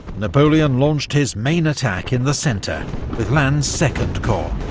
napoleon launched his main attack in the centre with lannes' second corps.